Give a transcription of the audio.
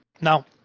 Now